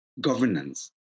governance